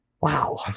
Wow